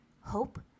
hope